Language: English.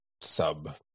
sub-